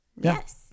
Yes